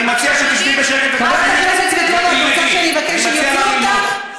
תהיי בשקט ותקשיבי לי טוב עכשיו.